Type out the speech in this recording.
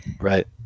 right